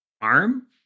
arm